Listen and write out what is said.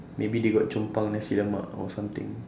maybe they got chong pang nasi lemak or something